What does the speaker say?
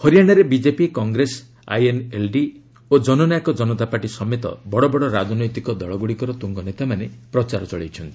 ହରିଆଣାରେ BJP Congress INLD ପ୍ରଓ ଜନନାୟକ ଜନତାପାର୍ଟି ସମେତ ବଡ଼ବଡ଼ ରାଜନୈତିକ ଦଳଗୁଡ଼ିକର ତୁଙ୍ଗନେତାମାନେ ପ୍ରଚାର ଚଳାଇଛନ୍ତି